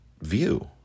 view